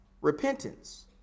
repentance